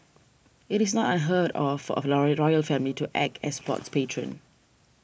it is not unheard of for a loyal royal family to act as sports patron